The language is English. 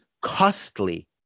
costly